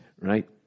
right